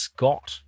Scott